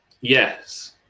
Yes